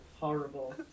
Horrible